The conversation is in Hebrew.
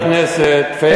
חבר הכנסת פייגלין,